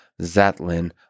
Zatlin